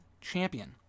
Champion